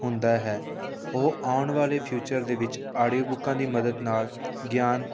ਹੁੰਦਾ ਹੈ ਉਹ ਆਉਣ ਵਾਲੇ ਫਿਊਚਰ ਦੇ ਵਿੱਚ ਆਡੀਓ ਬੁੱਕਾਂ ਦੀ ਮਦਦ ਨਾਲ ਗਿਆਨ